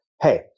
hey